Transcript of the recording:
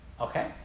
Okay